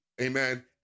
Amen